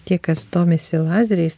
tie kas domisi lazeriais